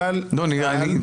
אני אומר לך,